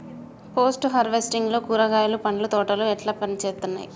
Post harvesting లో కూరగాయలు పండ్ల తోటలు ఎట్లా పనిచేత్తనయ్?